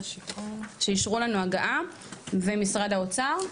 כדי שגם נשמע יחד עם המשרדים,